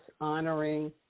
honoring